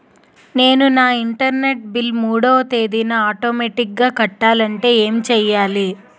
నేను నా internet bill మూడవ తేదీన ఆటోమేటిగ్గా కట్టాలంటే ఏం చేయాలి?